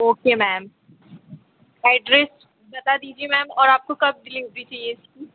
ओ के ma'am address बता दीजिए मैम और आपको कब डिलीवरी चाहिए इसकी